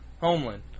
Homeland